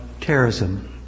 terrorism